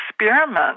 experiment